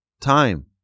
time